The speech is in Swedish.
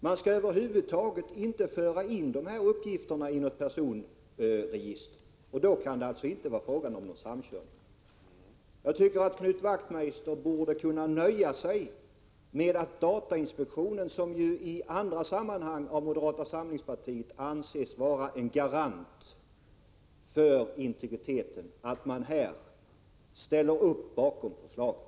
Man skall över huvud taget inte föra in uppgifterna i något personregister, och då kan det inte vara fråga om någon samkörning. Jag tycker att Knut Wachtmeister borde kunna nöja sig med att datain spektionen, som av moderata samlingspartiet i andra sammanhang anses vara en garant för integriteten, ställer upp bakom förslaget.